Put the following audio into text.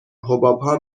حبابها